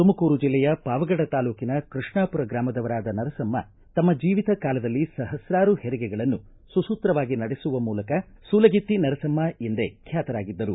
ತುಮಕೂರು ಜಿಲ್ಲೆಯ ಪಾವಗಡ ತಾಲೂಕಿನ ಕೃಷ್ಣಾಪುರ ಗ್ರಾಮದವರಾದ ನರಸಮ್ಮ ತಮ್ಮ ಜೀವಿತ ಕಾಲದಲ್ಲಿ ಸಹಸ್ತಾರು ಹೆರಿಗೆಗಳನ್ನು ಸುಸೂತ್ರವಾಗಿ ನಡೆಸುವ ಮೂಲಕ ಸೂಲಗಿತ್ತಿ ನರಸಮ್ಮ ಎಂದೇ ಬ್ಯಾತರಾಗಿದ್ದರು